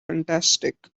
fantastic